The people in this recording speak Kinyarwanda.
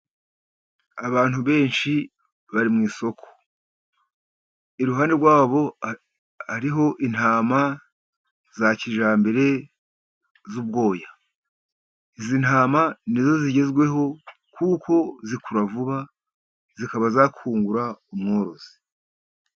Abantu benshi bari mu isoko. Iruhande rwabo hariho intama za kijyambere z'ubwoya. Izi ntama ni zo zigezweho kuko zikura vuba zikaba zakungura umworozi.